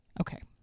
Okay